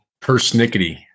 Persnickety